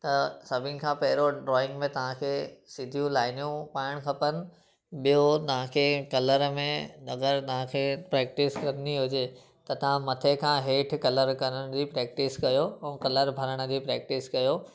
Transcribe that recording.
त सभिनि खां पहिरियों ड्रॉइंग में तव्हां खे सिधियूं लाइनियूं पाइणु खपनि ॿियो तव्हां खे कलर में अगरि तव्हांखे प्रैक्टिस करिणी हुजे त तव्हां मथे खां हेठि कलरु करण जी प्रैक्टिस कयो ऐं कलरु भरण जी प्रैक्टिस कयो